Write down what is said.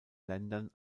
ländern